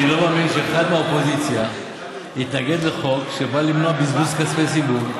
אני לא מאמין שאחד מהאופוזיציה יתנגד לחוק שבא למנוע בזבוז כספי ציבור,